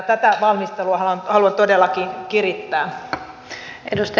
tätä valmistelua haluan todellakin kirittää